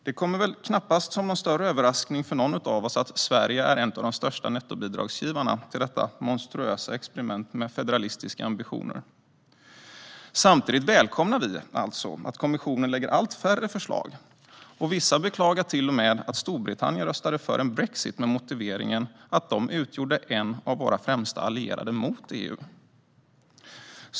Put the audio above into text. Det kommer väl knappast som en större överraskning för någon av oss att Sverige är en av de största nettobidragsgivarna till detta monstruösa experiment med federalistiska ambitioner. Samtidigt välkomnar vi alltså att kommissionen lägger fram allt färre förslag, och vissa beklagar till och med att Storbritannien röstade för brexit och motiverar det med att Storbritannien utgjorde en av våra främsta allierade mot EU.